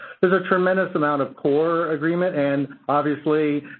there's a tremendous amount of core agreement and, obviously,